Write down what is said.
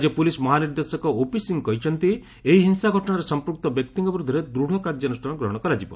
ରାଜ୍ୟ ପୁଲିସ୍ ମହାନିର୍ଦ୍ଦେଶକ ଓପି ସିଂହ କହିଛନ୍ତି ଏହି ହିଂସା ଘଟଣାରେ ସଂପୂକ୍ତ ବ୍ୟକ୍ତିଙ୍କ ବିରୁଦ୍ଧରେ ଦୃଢ଼ କାର୍ଯ୍ୟାନୁଷ୍ଠାନ ଗ୍ରହଣ କରାଯିବ